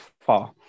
far